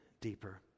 deeper